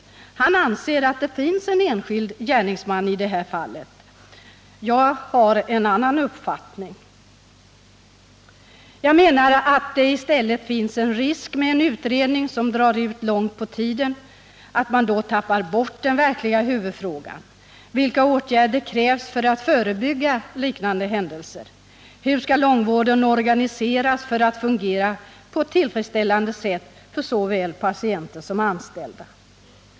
Professor Biörck anser att det finns en enskild gärningsman i det här fallet. Jag har en annan uppfattning. Jag menar att det i stället finns en risk med en utredning som drar långt ut på tiden, en risk att man då tappar bort de verkliga huvudfrågorna: Vilka åtgärder krävs för att förebygga liknande händelser? Hur skall långvården organiseras för att fungera på ett tillfredsställande sätt för såväl patienter som anställda?